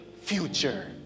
future